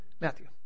Matthew